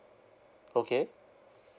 okay